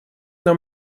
нам